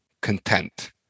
content